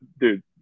dude